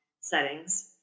settings